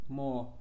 more